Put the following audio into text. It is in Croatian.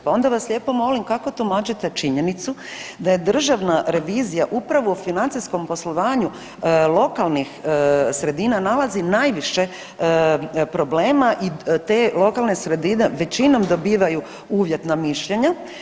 Pa onda vas lijepo molim, kako tumačite činjenicu da je državna revizija upravo financijskom poslovanju lokalnih sredina nalazi najviše problema i te lokalne sredine većinom dobivaju uvjetna mišljenja.